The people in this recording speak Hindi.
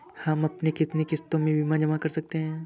हम कितनी किश्तों में बीमा जमा कर सकते हैं?